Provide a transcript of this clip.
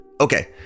Okay